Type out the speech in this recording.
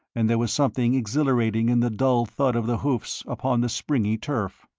and there was something exhilarating in the dull thud of the hoofs upon the springy turf.